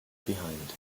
behind